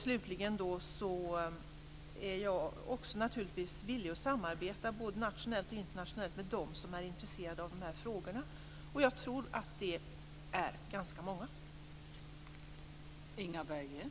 Slutligen är jag naturligtvis villig att samarbeta både nationellt och internationellt med dem som är intresserade av dessa frågor, och jag tror att det är ganska många som är det.